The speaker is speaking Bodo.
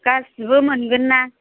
गासिबो मोनगोन ना